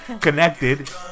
connected